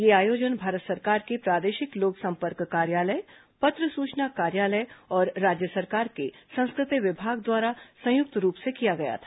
यह आयोजन भारत सरकार के प्रादेशिक लोकसंपर्क कार्यालय पत्र सूचना कार्यालय और राज्य सरकार के संस्कृति विभाग द्वारा संयुक्त रूप से किया गया था